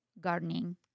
gardening